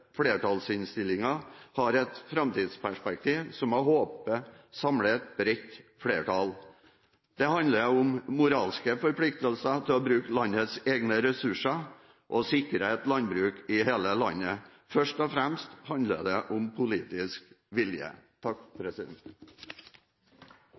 flertallsinnstillingen har et framtidsperspektiv som jeg håper samler et bredt flertall. Det handler om moralske forpliktelser til å bruke landets egne ressurser og sikre et landbruk i hele landet. Først og fremst handler det om politisk vilje.